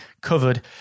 covered